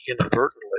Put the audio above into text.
inadvertently